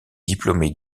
diplômée